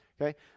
okay